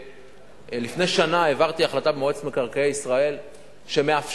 לפני שנה העברתי החלטה במועצת מקרקעי ישראל שמאפשרת